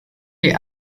die